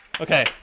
Okay